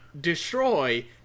destroy